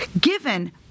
given